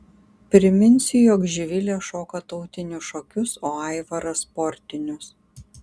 priminsiu jog živilė šoka tautinius šokius o aivaras sportinius